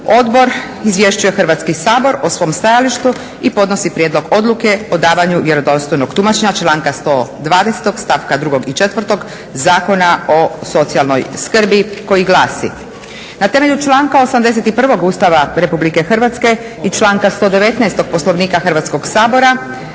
Odbor izvješćuje Hrvatski sabor o svom stajalištu i podnosi prijedlog odluke o davanju vjerodostojnog tumačenja članka 120. stavka 2. i 4. Zakona o socijalnoj skrbi koji glasi: - Na temelju članka 81. Ustava Republike Hrvatske i članka 119. Poslovnika Hrvatskog sabora